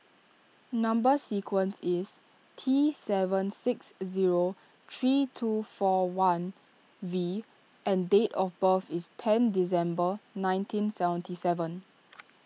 Number Sequence is T seven six zero three two four one V and date of birth is ten December nineteen seventy seven